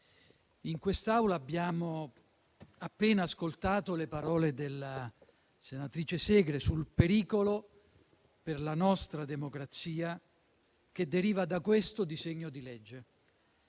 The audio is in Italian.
in quest'Aula abbiamo appena ascoltato le parole della senatrice Segre sul pericolo per la nostra democrazia che deriva da questo disegno di legge,